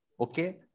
okay